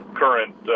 current